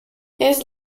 his